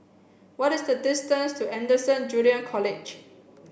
what is the distance to Anderson Junior College